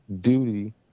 duty